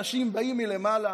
אנשים באים מלמעלה